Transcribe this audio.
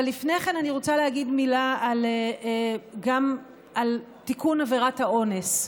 אבל לפני כן אני רוצה להגיד מילה גם על תיקון עבירת האונס,